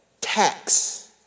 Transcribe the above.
tax